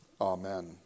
Amen